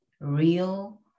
real